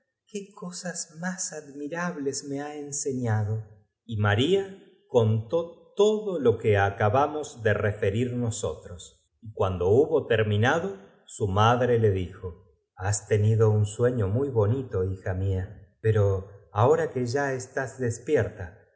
qué cosas más admirables me ha enseterito de oro y lo dijo ñado querida libertadora de mi hermano y maría contó todo lo que acabamos de tened la bondad de machacarme este azti referir nosotros y cuando hubo terminacar cande do su madre le dijo maría se apresuró a aceptar la invita has tenido un sueño muy bonito ción y mientras golpeaba en el mortero hija mía pero ahora que ya estás despier